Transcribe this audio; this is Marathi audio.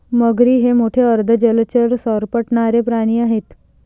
मगरी हे मोठे अर्ध जलचर सरपटणारे प्राणी आहेत